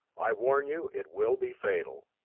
i warn you it will be fatal.